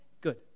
Good